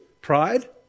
Pride